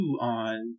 on